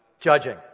Judging